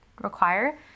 require